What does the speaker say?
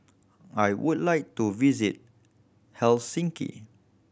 I would like to visit Helsinki